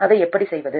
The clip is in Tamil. அதை எப்படி செய்வது